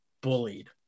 bullied